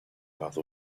other